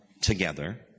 together